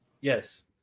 Yes